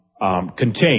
contained